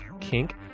kink